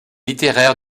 littéraire